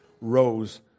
rose